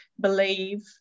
believe